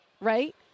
right